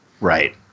right